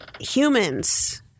humans –